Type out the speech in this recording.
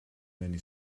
many